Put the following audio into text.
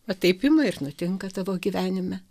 va taip ima ir nutinka tavo gyvenime